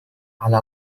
على